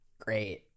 Great